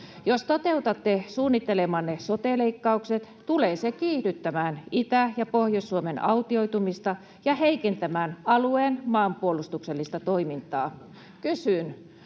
Jos toteutatte suunnittelemanne sote-leikkaukset, tulee se kiihdyttämään Itä- ja Pohjois-Suomen autioitumista ja heikentämään alueiden maanpuolustuksellista toimintaa. Kysyn: